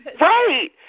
Right